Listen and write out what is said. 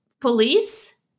police